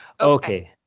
Okay